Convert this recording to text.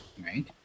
right